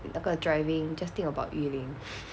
那个 driving just think about 玉林